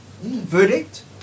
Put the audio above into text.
verdict